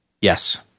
Yes